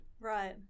Right